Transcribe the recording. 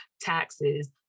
taxes